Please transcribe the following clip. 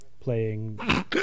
playing